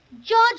George